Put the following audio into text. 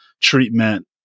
treatment